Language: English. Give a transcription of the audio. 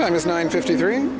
time it's nine fifty three